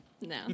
No